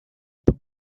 the